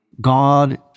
God